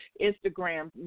Instagram